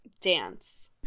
dance